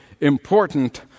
important